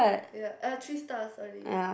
ya uh three star sorry